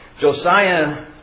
Josiah